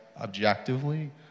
objectively